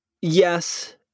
yes